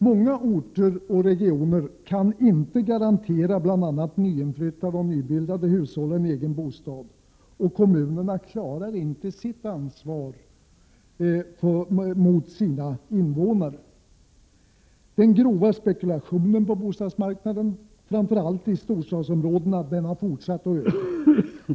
Många orter och regioner kan inte garantera bl.a. nyinflyttade och nybildade hushåll en egen bostad, och kommunerna klarar inte sitt ansvar mot sina invånare. Den grova spekulationen på bostadsmarknaden, framför allt i storstadsområdena, har fortsatt att öka.